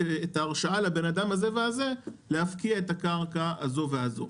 את ההרשאה לאדם הזה והזה להפקיע את הקרקע הזו והזו.